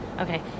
Okay